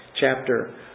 chapter